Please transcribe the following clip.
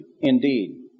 Indeed